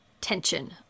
tension